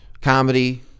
Comedy